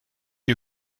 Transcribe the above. you